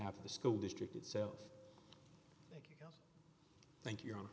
have the school district itself thank you